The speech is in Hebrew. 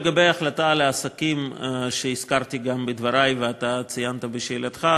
לגבי ההחלטה על העסקים שהזכרתי בדברי ואתה ציינת בשאלתך,